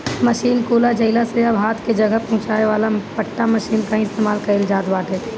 machine कुल आ जइला से अब हाथ कि जगह पहुंचावे वाला पट्टा मशीन कअ ही इस्तेमाल कइल जात बाटे